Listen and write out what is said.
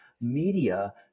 Media